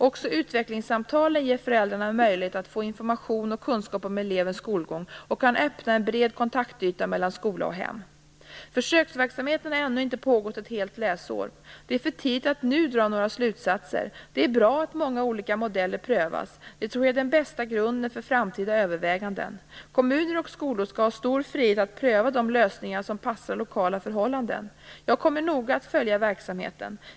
Också utvecklingssamtalen ger föräldrarna möjlighet att få information och kunskap om elevens skolgång och kan öppna en bred kontaktyta mellan skola och hem. Försöksverksamheten har ännu inte pågått ett helt läsår. Det är för tidigt att nu dra några slutsatser. Det är bra att många olika modeller prövas. Det tror jag är den bästa grunden för framtida överväganden. Kommuner och skolor skall ha stor frihet att pröva de lösningar som passar lokala förhållanden. Jag kommer att noga följa verksamheten.